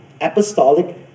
apostolic